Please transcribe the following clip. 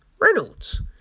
Reynolds